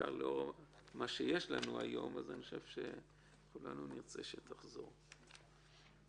על 25%. זה מייחס את ההפחתה לאותו חוב